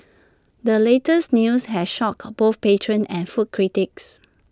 the latest news has shocked both patrons and food critics